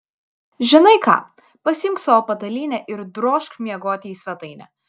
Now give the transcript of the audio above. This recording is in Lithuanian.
žinai ką pasiimk savo patalynę ir drožk miegoti į svetainę